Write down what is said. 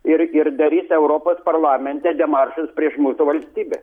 ir ir darys europos parlamente demaršus prieš mūsų valstybę